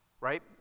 right